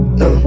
no